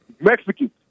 Mexicans